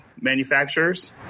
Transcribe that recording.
manufacturers